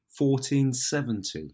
1470